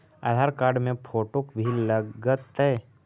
आधार card के photo भी लग तै?